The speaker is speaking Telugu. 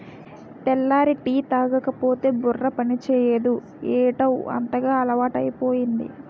తెల్లారి టీ తాగకపోతే బుర్ర పనిచేయదు ఏటౌ అంతగా అలవాటైపోయింది